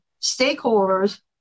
stakeholders